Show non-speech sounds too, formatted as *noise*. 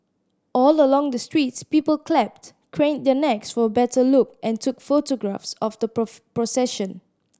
all along the streets people clapped craned their necks for a better look and took photographs of the *unintelligible* procession